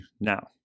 now